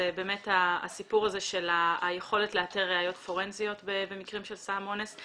זה באמת הסיפור של היכולת לאתר ראיות פורנזיות במקרים של סם אונס.